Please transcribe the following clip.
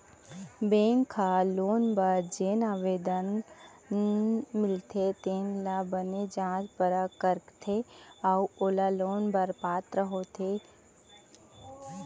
bank ह loan बर जेन आवेदन मिलथे तेन ल बने जाँच परख करथे अउ लोन बर पात्र होथे तेन ल लोन देथे